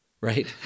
Right